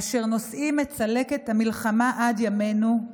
אשר נושאים את צלקת המלחמה עד ימינו,